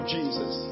Jesus